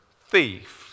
thief